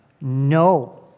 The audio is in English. No